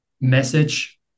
message